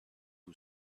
who